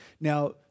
Now